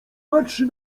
patrzy